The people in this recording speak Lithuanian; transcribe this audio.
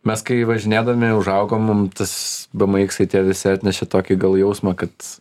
mes kai važinėdami užaugom mum tas bm iksai tie visi atnešė tokį gal jausmą kad